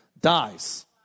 dies